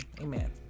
amen